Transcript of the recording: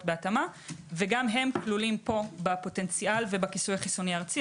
בהתאמה וגם הם כלולים פה בפוטנציאל ובכיסוי החיסוני הארצי.